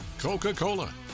Coca-Cola